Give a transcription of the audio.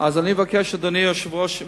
אז אני מבקש לדחות,